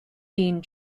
being